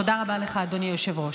תודה רבה לך, אדוני היושב-ראש.